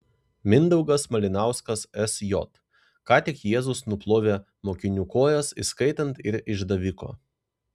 mindaugas malinauskas sj ką tik jėzus nuplovė mokinių kojas įskaitant ir išdaviko